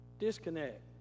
disconnect